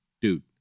Dude